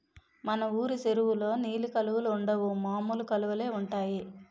మన వూరు చెరువులో నీలి కలువలుండవు మామూలు కలువలే ఉంటాయి